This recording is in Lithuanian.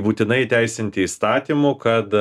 būtinai įteisinti įstatymu kad